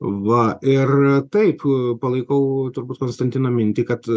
va ir taip palaikau turbūt konstantino mintį kad